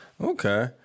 okay